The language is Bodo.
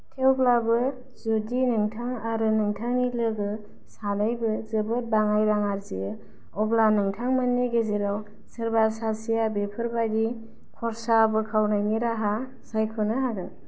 थेवब्लाबो जुदि नोंथां आरो नोंथांनि लोगो सानैबो जोबोद बाङाइ रां आरजियो अब्ला नोंथांमोननि गेजेराव सोरबा सासेआ बेफोरबादि खरसा बोखावानायनि राहा सायख'नो हागोन